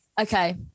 Okay